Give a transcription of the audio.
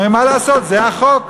הם אומרים: מה לעשות, זה החוק.